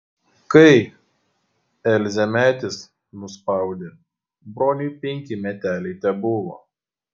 kai elzę medis nuspaudė broniui penki meteliai tebuvo